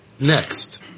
Next